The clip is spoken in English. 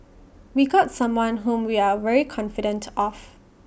we got someone whom we are very confident of